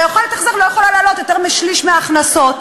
ויכולת ההחזר לא יכולה להיות יותר משליש מההכנסות,